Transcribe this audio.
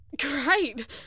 Great